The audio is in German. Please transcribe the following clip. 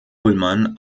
ullmann